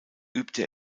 übte